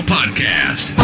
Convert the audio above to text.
Podcast